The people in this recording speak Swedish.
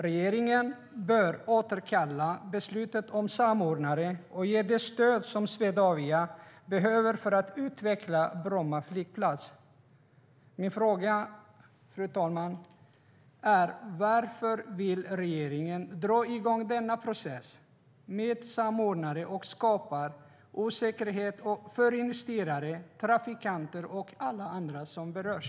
Regeringen bör återkalla beslutet om samordnare och ge det stöd Swedavia behöver för att utveckla Bromma flygplats. Min fråga, fru talman, är varför regeringen vill dra igång processen med samordnare och skapa osäkerhet för investerare, trafikanter och alla andra som berörs.